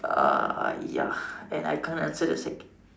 ah ya and I can't answer the sec